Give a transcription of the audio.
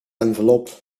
envelop